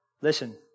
Listen